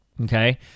Okay